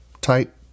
type